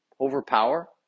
overpower